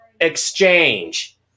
exchange